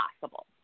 possible